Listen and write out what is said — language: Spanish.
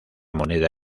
moneda